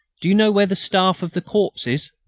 do you know where the staff of the corps is?